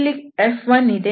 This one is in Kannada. ಇಲ್ಲಿ F1 ಇದೆ